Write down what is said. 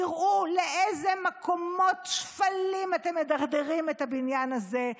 תראו לאיזה מקומות שפלים אתם מדרדרים את הבניין הזה,